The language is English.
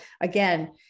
again